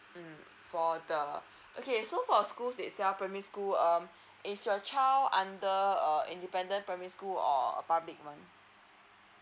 mm for the okay so for schools itself primary school um is your child under a independent primary school or a public one